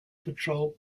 patrol